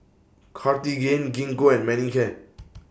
Cartigain Gingko and Manicare